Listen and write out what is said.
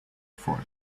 for